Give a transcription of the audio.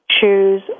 Choose